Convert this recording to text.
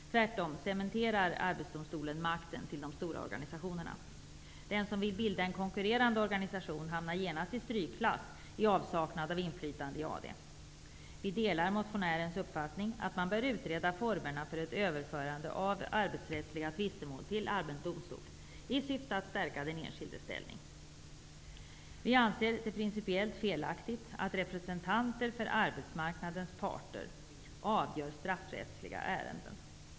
Tvärtom cementerar Arbetsdomstolen makten för de stora organisationerna. Den som vill bilda en konkurrerande organisation hamnar genast i strykklass i avsaknad av inflytande i Vi delar motionärens uppfattning att man bör utreda formerna för ett överförande av arbetsrättsliga tvistemål till allmän domstol i syfte att stärka den enskildes ställning. Vi anser att det är principiellt felaktigt att representanter för arbetsmarknadens parter avgör straffrättsliga ärenden.